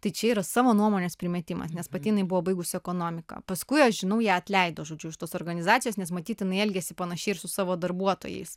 tai čia yra savo nuomonės primetimas nes pati jinai buvo baigusi ekonomiką paskui aš žinau ją atleido žodžiu iš tos organizacijos nes matyt jinai elgiasi panašiai ir su savo darbuotojais